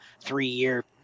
three-year